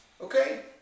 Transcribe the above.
Okay